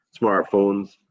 smartphones